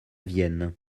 vienne